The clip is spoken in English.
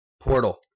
Portal